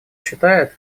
считает